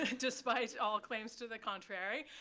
ah despite all claims to the contrary.